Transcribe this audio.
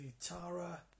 Tara